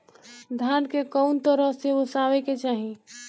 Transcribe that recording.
धान के कउन तरह से ओसावे के चाही?